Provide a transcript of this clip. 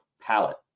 palette